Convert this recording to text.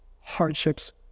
hardships